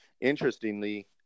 interestingly